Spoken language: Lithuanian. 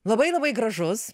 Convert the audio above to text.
labai labai gražus